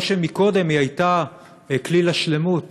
לא שקודם היא הייתה כליל השלמות,